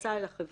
יצא אל החברה,